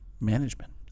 management